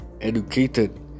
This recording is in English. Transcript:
Educated